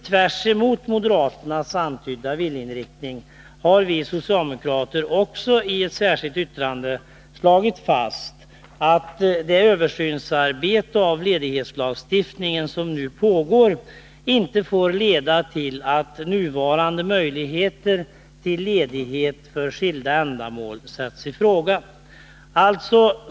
Tvärtemot moderaterna har vi socialdemokrater, likaledes i ett särskilt yttrande, slagit fast att den översyn av ledighetslagstiftningen som nu pågår inte får leda till att nuvarande möjligheter till ledighet för skilda ändamål sätts i fråga.